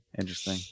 interesting